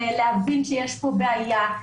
להבין שיש פה בעיה,